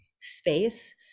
space